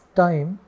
time